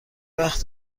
وقت